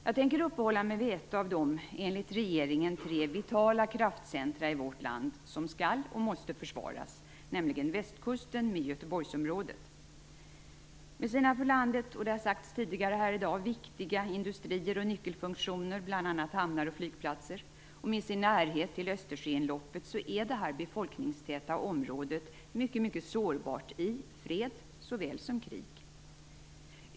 Jag tänker uppehålla mig vid ett av de enligt regeringen tre vitala kraftcentrum i vårt land som skall, och måste, försvaras. Det handlar om Västkusten med Det har sagts tidigare i dag att detta befolkningstäta område med sina industrier, sina nyckelfunktioner - bl.a. hamnar och flygplatser - och sin närhet till Österjöinloppet är mycket sårbart i fred såväl som i krig.